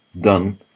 done